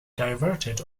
diverted